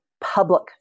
public